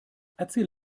erzähl